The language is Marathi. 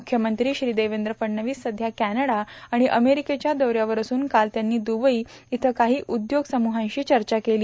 मुख्यमंत्री श्री देवेंद्र फडणवीस सध्या कॅनडा आणि अमेरिकेच्या दौऱ्यावर असून काल त्यांनी दुबई इथं काही उद्योग समुहांशी चर्चा केली